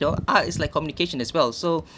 you know art is like communication as well so